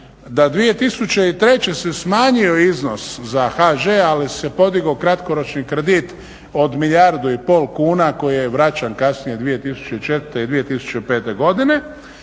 da 2003. se smanjio iznos za HŽ ali se podigao kratkoročni kredit od milijardu i pol kuna koji je vraćan kasnije 2004. i 2005. godine.